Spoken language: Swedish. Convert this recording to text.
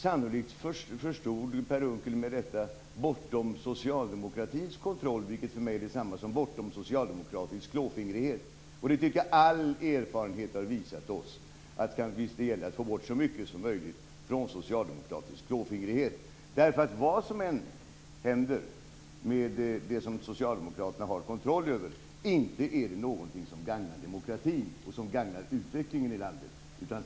Sannolikt förstod Per Unckel med detta bortom socialdemokratins kontroll, vilket för mig är detsamma som bortom socialdemokratisk klåfingrighet. Jag tycker att all erfarenhet har visat oss att det gäller att få bort så mycket som möjligt från socialdemokratisk klåfingrighet. Vad som än händer med det som Socialdemokraterna har kontroll över - inte är det någonting som gagnar demokratin och utvecklingen i landet!